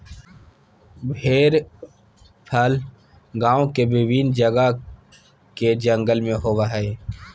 बेर फल गांव के विभिन्न जगह के जंगल में होबो हइ